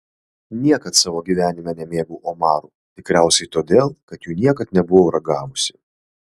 niekad savo gyvenime nemėgau omarų tikriausiai todėl kad jų niekad nebuvau ragavusi